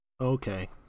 Okay